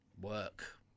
work